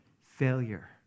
Failure